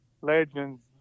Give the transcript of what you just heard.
legends